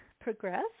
progress